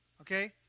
okay